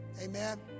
Amen